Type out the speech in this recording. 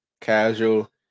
Casual